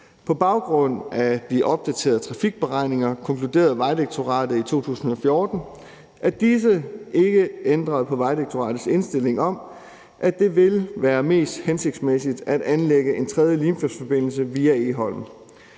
På baggrund af de opdaterede trafikberegninger konkluderede Vejdirektoratet i 2014, at disse ikke ændrede på Vejdirektoratets indstilling om, at det vil være mest hensigtsmæssigt at anlægge en tredje Limfjordsforbindelse via Egholm.